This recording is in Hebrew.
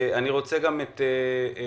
אני רוצה לשמוע את דעתך